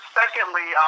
secondly